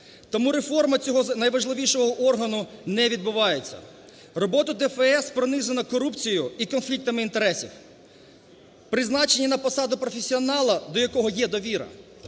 тому реформа цього найважливішого органу не відбувається. Роботу ДФС пронизано корупцією і конфліктами інтересів. Призначення на посаду професіонала, до якого є довіра,